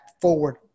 forward